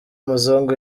muzungu